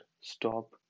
stop